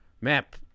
map